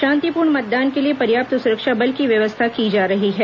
शांतिपूर्ण मतदान के लिए पर्याप्त सुरक्षा बल की व्यवस्था की जा रही है